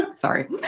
Sorry